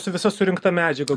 su visa surinkta medžiaga